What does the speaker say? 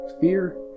fear